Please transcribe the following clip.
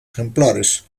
ejemplares